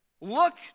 Look